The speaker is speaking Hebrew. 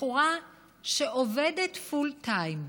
בחורה שעובדת פול טיים,